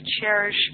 cherish